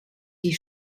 die